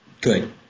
Good